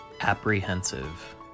apprehensive